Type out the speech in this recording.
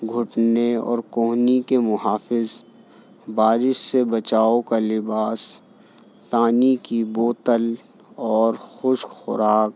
گھٹنے اور کوہنی کے محافظ بارش سے بچاؤ کا لباس پانی کی بوتل اور خشک خوراک